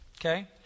Okay